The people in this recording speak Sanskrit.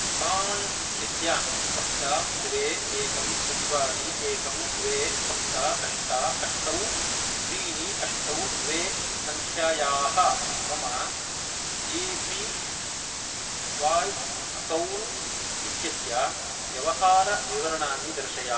प्राण् इत्यस्य सप्त द्वे एकम् चत्वारि एकम् द्वे सप्त अष्ट अष्टौ त्रीणि अष्टौ द्वे सङ्ख्यायाः मम ए पी वाय् अकौण्ट् इत्यस्य व्यवहारविवरणानि दर्शय